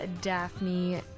daphne